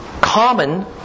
Common